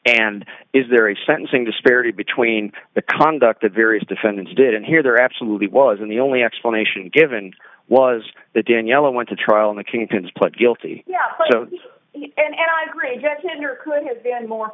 and is there a sentencing disparity between the conduct the various defendants did and here they are absolutely was in the only explanation given was that daniela went to trial in the kingpins pled guilty and